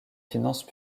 finances